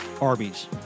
Arby's